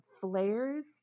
flares